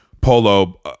Polo